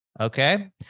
Okay